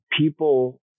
people